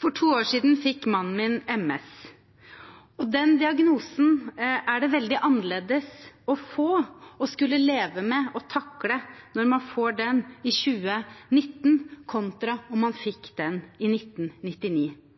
For to år siden fikk mannen min MS. Den diagnosen er det veldig annerledes å få og skulle leve med og takle i 2019 kontra om man fikk den i 1999. Det handler om